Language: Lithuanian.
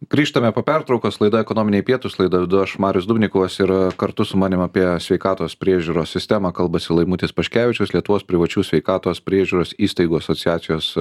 grįžtame po pertraukos laida ekonominiai pietūs laidą vedu aš marius dubnikovas ir kartu su manim apie sveikatos priežiūros sistemą kalbasi laimutis paškevičius lietuvos privačių sveikatos priežiūros įstaigų asociacijos